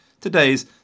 today's